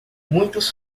muitos